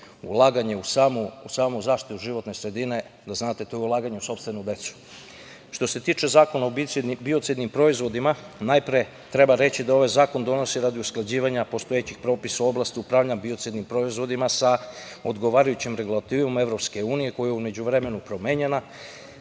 sredine. Ulaganje u samu zaštitu životne sredine, da znate, to je ulaganje u sopstvenu decu. Što se tiče Zakona o biocidnim proizvodima, najpre treba reći da se ovaj zakon donosi radi usklađivanja postojećih propisa u oblasti upravljanja biocidnim proizvodima sa odgovarajućom regulativom Evropske unije koja je u međuvremenu promenjena